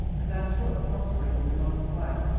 and i trust prospering in a modest way.